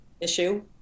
issue